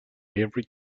every